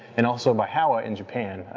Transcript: and also by howa in japan.